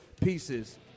pieces